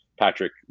Patrick